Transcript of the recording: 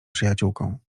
przyjaciółką